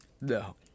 No